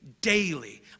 daily